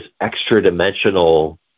extra-dimensional